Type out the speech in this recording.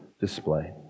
display